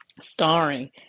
starring